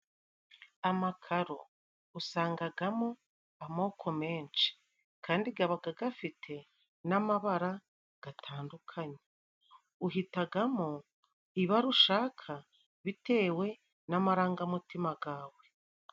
Amakaro usangagamo amoko menshi kandi gabaga gafite n'amabara gatandukanye, uhitagamo ibara ushaka bitewe n'amarangamutima gawe.